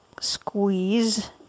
squeeze